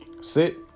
sit